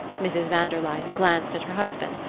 mrs. van der luyden glanced at her husband,